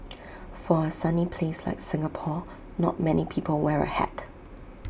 for A sunny place like Singapore not many people wear A hat